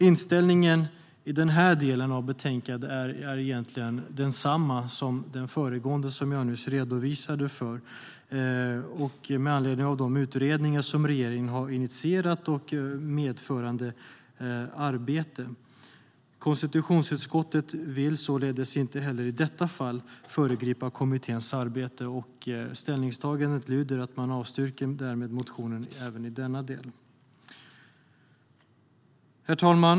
Inställningen i denna del av betänkandet är egentligen densamma som i den jag nyss redovisade, med anledning av de utredningar regeringen har initierat och jämte medföljande arbeten. Konstitutionsutskottet vill således inte heller i detta fall föregripa kommitténs arbete, och ställningstagandet lyder att man därmed avstyrker motionen även i denna del. Herr talman!